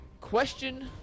question